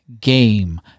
game